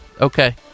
Okay